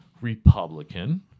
Republican